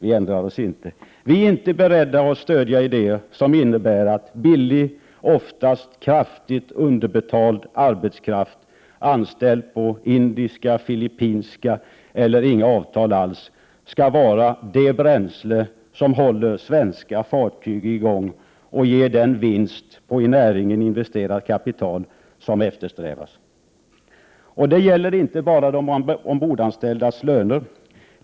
Vi ändrar oss inte. Vi är inte beredda att stödja idéer som innebär att billig, oftast kraftigt underbetald arbetskraft anställd på indiska, filippinska eller inga avtal alls skall vara det bränsle som håller svenska fartyg i gång och ger den vinst på i näringen investerat kapital som eftersträvas. Det gäller inte bara de ombordanställdas löner.